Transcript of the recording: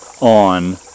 on